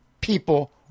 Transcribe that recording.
people